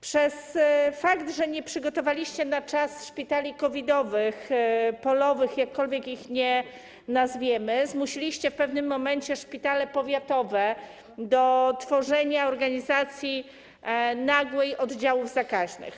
Przez fakt, że nie przygotowaliście na czas szpitali COVID-owych, polowych, jakkolwiek je nazwiemy, zmusiliście w pewnym momencie szpitale powiatowe do tworzenia, nagłej organizacji oddziałów zakaźnych.